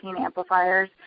amplifiers